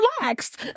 relaxed